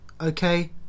Okay